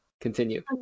continue